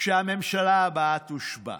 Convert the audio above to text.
כשהממשלה הבאה תושבע,